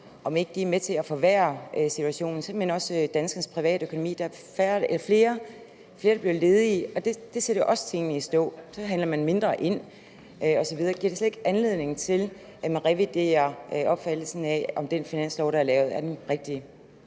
ikke er med til at forværre situationen også i danskernes privatøkonomi. Der er flere, der bliver ledige, og det sætter jo også tingene i stå, for så køber man mindre osv. Giver det slet ikke anledning til, at man reviderer den opfattelse, at den finanslov, der er lavet, er den rigtige?